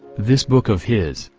this book of his,